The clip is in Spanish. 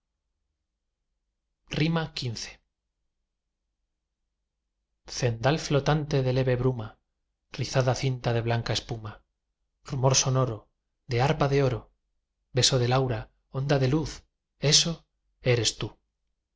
xv cendal flotante de leve bruma rizada cinta de blanca espuma rumor sonoro de arpa de oro beso del aura onda de luz eso eres tú